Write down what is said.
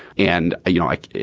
and, you like